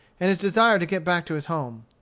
and his desire to get back to his home.